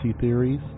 theories